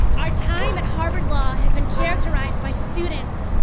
our time at harvard law has been characterized by students,